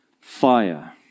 fire